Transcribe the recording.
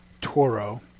Toro